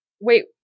wait